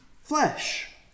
flesh